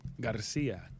Garcia